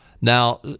Now